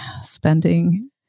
spending